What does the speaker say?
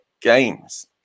games